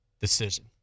decision